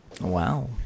Wow